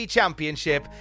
championship